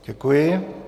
Děkuji.